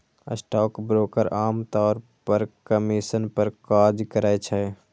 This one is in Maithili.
स्टॉकब्रोकर आम तौर पर कमीशन पर काज करै छै